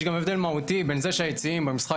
יש גם הבדל מהותי בין זה שהיציעים במשחק